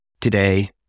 Today